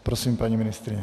Prosím, paní ministryně.